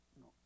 No